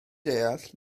deall